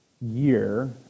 year